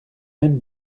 même